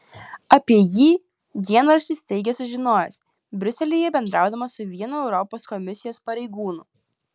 apie jį dienraštis teigia sužinojęs briuselyje bendraudamas su vienu europos komisijos pareigūnu